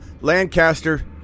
Lancaster